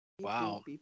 Wow